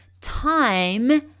time